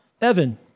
Evan